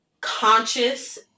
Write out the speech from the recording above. conscious